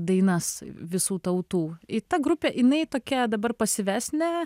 dainas visų tautų i ta grupė jinai tokia dabar pasyvesnė